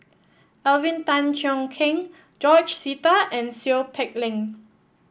Alvin Tan Cheong Kheng George Sita and Seow Peck Leng